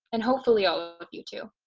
and hopefully, all of you, too,